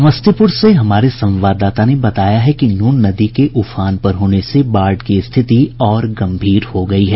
समस्तीपूर से हमारे संवाददाता ने बताया है कि नून नदी के उफान पर होने से बाढ़ की स्थिति और गंभीर हो गयी है